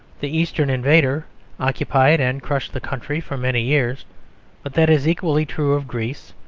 the eastern invader occupied and crushed the country for many years but that is equally true of greece,